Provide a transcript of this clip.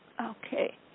Okay